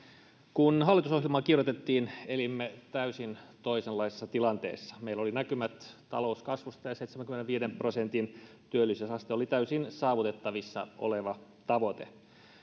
kun hallitusohjelmaa kirjoitettiin elimme täysin toisenlaisessa tilanteessa meillä oli näkymät talouskasvusta ja seitsemänkymmenenviiden prosentin työllisyysaste oli täysin saavutettavissa oleva tavoite